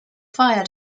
fire